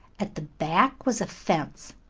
at the back was a fence,